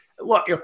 Look